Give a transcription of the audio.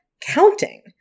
counting